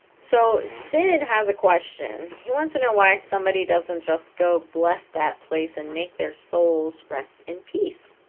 so sid has a question he wants to know why somebody doesn't just go bless that place and make their souls rest in peace